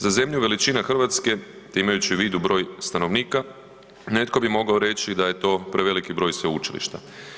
Za zemlju veličine Hrvatske imajući u vidu broj stanovnika netko bi mogao reći da je to preveliki broj sveučilišta.